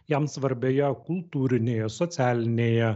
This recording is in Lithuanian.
jam svarbioje kultūrinėje socialinėje